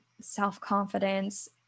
self-confidence